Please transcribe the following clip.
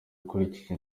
ukurikije